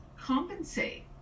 compensate